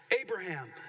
Abraham